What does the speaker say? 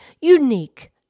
unique